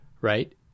right